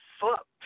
fucked